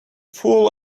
full